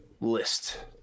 list